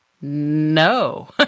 no